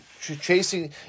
chasing